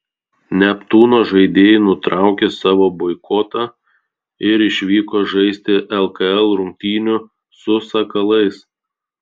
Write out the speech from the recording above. neptūno žaidėjai nutraukė savo boikotą ir išvyko žaisti lkl rungtynių su sakalais